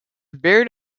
buried